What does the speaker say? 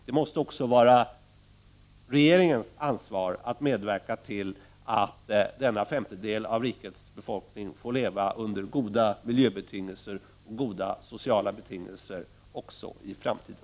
Det måste också vara regeringens ansvar att medverka till att denna femtedel av rikets befolkning får leva under goda miljöbetingelser och goda sociala betingelser även i framtiden.